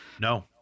No